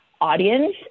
audience